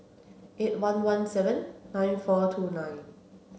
eight one one seven nine four two nine